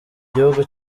gihugu